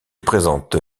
présente